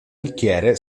bicchiere